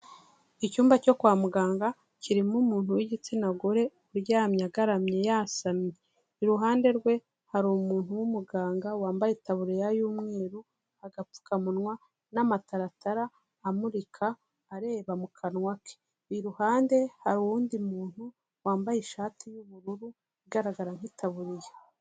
Icyumba cyo kwa muganga kirimo umuntu w'igitsina gore, uryamye agaramye yasamye, iruhande rwe hari umuntu w'umuganga wambaye itaburiya y'umweru, agapfukamunwa n'amataratara amurika areba mu kanwa ke, iruhande hari uwundi muntu wambaye ishati y'ubururu igaragara nk'itaburiya.